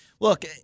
look